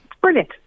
brilliant